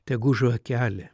tegu žvakelė